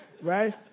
right